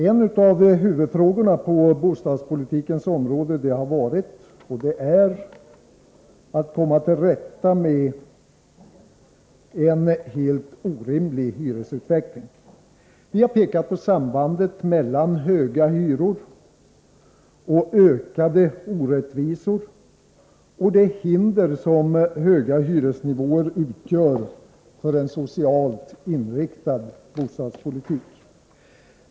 En av huvuduppgifterna på bostadspolitikens område har varit och är att komma till rätta med en helt orimlig hyresutveckling. Vi har pekat på sambandet mellan höga hyror och ökade orättvisor och på det hinder höga hyresnivåer utgör för en socialt inriktad bostadspolitik.